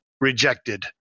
rejected